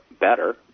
better